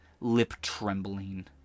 lip-trembling